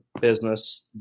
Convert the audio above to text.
business